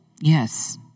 yes